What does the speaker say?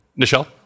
Nichelle